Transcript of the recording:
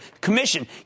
commission